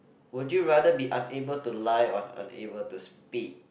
would you rather be unable to lie or unable to speak